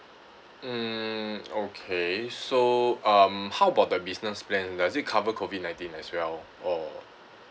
mm okay so um how about the business plan does it cover COVID nineteen as well or